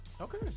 Okay